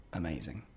amazing